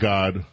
God